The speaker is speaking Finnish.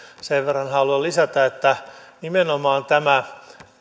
sen verran haluan lisätä että nimenomaan tämä